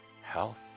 health